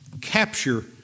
capture